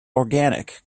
organic